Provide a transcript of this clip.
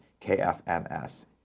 KFMS